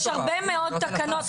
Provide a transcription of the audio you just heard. בסדר, אני גם אוהב תורה.